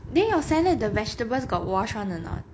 then your salad the vegetables got wash [one] or not